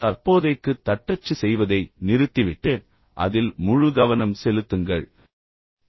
தற்போதைக்கு தட்டச்சு செய்வதை நிறுத்திவிட்டு அதில் முழு கவனம் செலுத்துங்கள் இதனால் தகவல் தொடர்பு பயனுள்ளதாக இருக்கும்